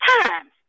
times